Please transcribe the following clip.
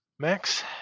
Max